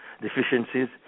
deficiencies